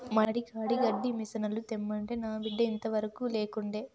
మడి కాడి గడ్డి మిసనుల తెమ్మంటే నా బిడ్డ ఇంతవరకూ లేకుండే